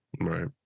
Right